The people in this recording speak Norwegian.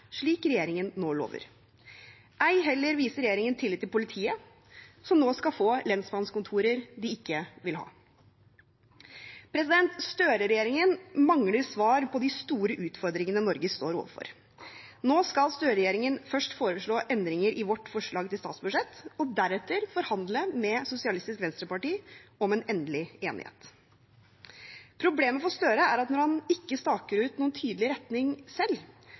slik regjeringen nå lover. Ei heller viser regjeringen tillit til politiet, som nå skal få lensmannskontorer de ikke vil ha. Støre-regjeringen mangler svar på de store utfordringene Norge står overfor. Nå skal Støre-regjeringen først foreslå endringer i vårt forslag til statsbudsjett og deretter forhandle med Sosialistisk Venstreparti om en endelig enighet. Problemet for Støre er at når han ikke staker ut noen tydelig retning selv,